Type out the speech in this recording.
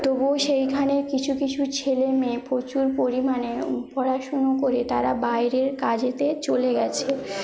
তবুও সেইখানে কিছু কিছু ছেলেমেয়ে প্রচুর পরিমাণে পড়াশুনো করে তারা বাইরের কাজেতে চলে গেছে